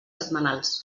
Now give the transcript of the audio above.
setmanals